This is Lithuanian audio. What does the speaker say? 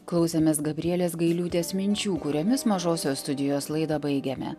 klausėmės gabrielės gailiūtės minčių kuriomis mažosios studijos laidą baigiame